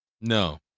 No